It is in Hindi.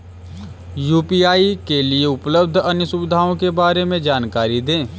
यू.पी.आई के लिए उपलब्ध अन्य सुविधाओं के बारे में जानकारी दें?